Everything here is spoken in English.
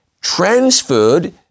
Transferred